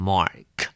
Mark